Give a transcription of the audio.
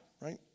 right